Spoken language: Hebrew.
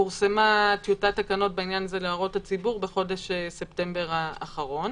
פורסמה טיוטת תקנות בעניין הזה להערות הציבור בחודש ספטמבר האחרון.